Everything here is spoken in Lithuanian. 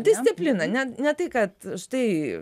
disciplina ne ne tai kad tai